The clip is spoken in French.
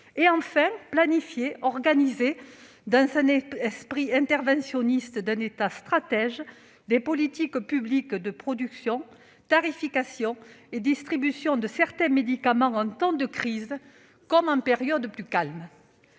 de planifier et d'organiser, dans l'esprit interventionniste d'un État stratège, les politiques publiques de production, tarification et distribution de certains médicaments, en temps de crise comme en période plus calme.